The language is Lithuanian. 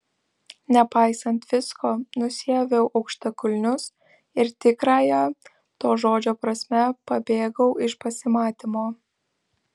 nepaisant visko nusiaviau aukštakulnius ir tikrąja to žodžio prasme pabėgau iš pasimatymo